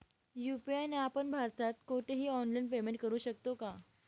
UPI ने आपण भारतात कुठेही ऑनलाईन पेमेंट करु शकतो का?